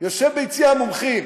יושב ביציע המומחים.